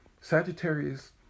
Sagittarius